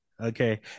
Okay